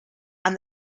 and